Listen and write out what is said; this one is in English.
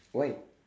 why